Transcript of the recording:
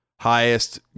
highest